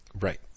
Right